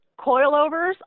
coilovers